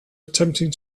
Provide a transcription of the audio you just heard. attempting